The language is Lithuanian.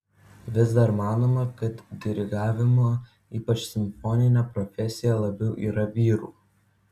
vis dar manoma kad dirigavimo ypač simfoninio profesija labiau yra vyrų